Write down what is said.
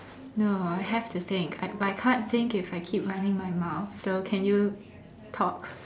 no I have to think I but I can't think if I keep running my mouth so can you talk